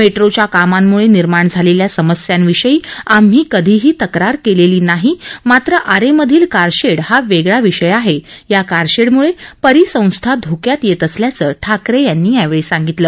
मेट्रोच्या कामांमुळे निर्माण झालेल्या समस्यांविषयी आम्ही कधीही तक्रार केलेली नाही मात्र आरेमधील कारशेड हा वेगळा विषय आहे या कारशेडमुळे परिसंस्था धोक्यात येत असल्याचं ठाकरे यांनी यावेळी सांगितलं